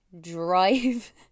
drive